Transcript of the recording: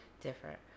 different